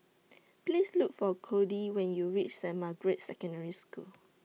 Please Look For Codey when YOU REACH Saint Margaret's Secondary School